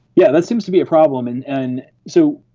yeah that seems to be a problem. and and so,